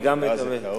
אני גם, לא, זו טעות.